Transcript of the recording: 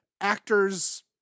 actors